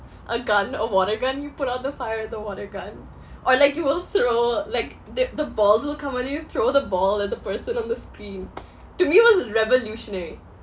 a gun a water gun you put out the fire with the water gun or like you will throw like th~ the ball to accompany you throw the ball at the person on the screen to me it was revolutionary